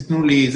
תנו לי,